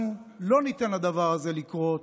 אנחנו לא ניתן לדבר הזה לקרות.